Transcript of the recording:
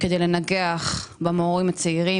כדי לנגח במורות הצעירות,